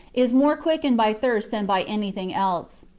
is more quickened by thirst than by anything else.